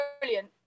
brilliant